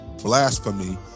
blasphemy